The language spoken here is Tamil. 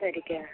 சரிக்கா